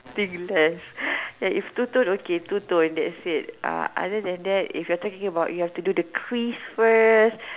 thin lines if two tone okay two tone that's it uh other then that if you are talking about have to do the crease first